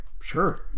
sure